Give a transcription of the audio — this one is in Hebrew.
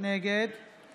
נגד אלון